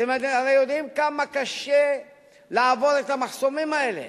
אתם הרי יודעים כמה קשה לעבור את המחסומים האלה,